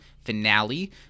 finale